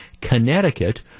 Connecticut